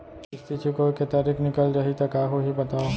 किस्ती चुकोय के तारीक निकल जाही त का होही बताव?